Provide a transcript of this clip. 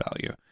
value